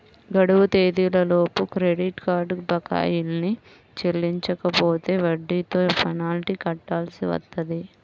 గడువు తేదీలలోపు credit card బకాయిల్ని చెల్లించకపోతే వడ్డీతో పెనాల్టీ కట్టాల్సి వత్తది